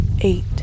eight